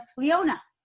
leona.